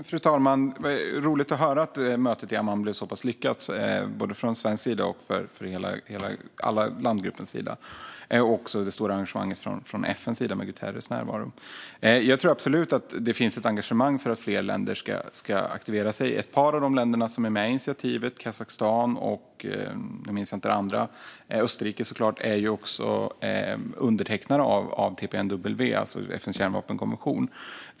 Fru talman! Det är roligt att höra att mötet i Amman blev så lyckat både från svensk sida och för alla landgrupper. Det gäller även det stora engagemanget från FN och Guterres närvaro. Jag tror absolut att det finns utrymme för fler länder att engagera sig. Ett par av länderna som är med i initiativet, Kazakstan och Österrike, är också undertecknare av TPNW, alltså FN:s kärnvapenkonvention.